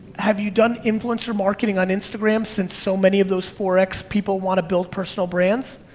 have you done influencer marketing on instagram since so many of those forex people wanna build personal brands?